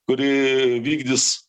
kuri vykdys